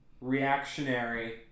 reactionary